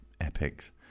epics